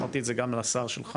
אמרתי את זה גם לשר שלך